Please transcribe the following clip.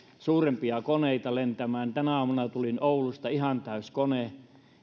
suurempia koneita lentämään tänä aamuna tulin oulusta ihan täysi kone